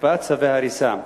הקפאת צווי ההריסה,